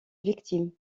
victimes